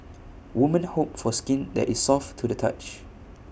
woman hope for skin that is soft to the touch